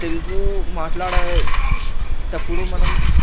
తెలుగు మాట్లాడే అప్పుడు మనం